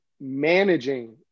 managing